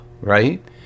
right